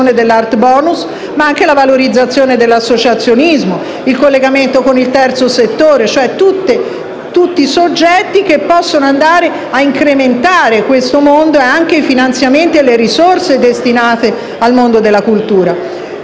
dell'Art bonus, ma anche la valorizzazione dell'associazionismo e il collegamento con il terzo settore (ossia con tutti quei soggetti che possono incrementare questo mondo e anche i finanziamenti e le risorse destinate al mondo della cultura).